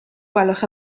gwelwch